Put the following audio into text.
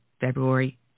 February